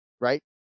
right